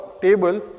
table